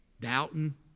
Doubting